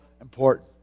important